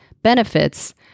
benefits